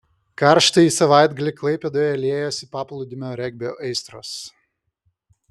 karštąjį savaitgalį klaipėdoje liejosi paplūdimio regbio aistros